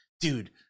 dude